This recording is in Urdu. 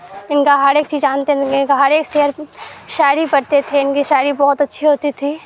ان کا ہر ایک چیز جانتے ان کے ہر ایک شعر شاعری پڑھتے تھے ان کی شاعری بہت اچھی ہوتی تھی